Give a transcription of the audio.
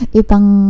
ipang